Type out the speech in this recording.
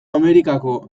amerikako